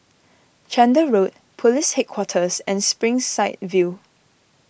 Chander Road Police Headquarters and Springside View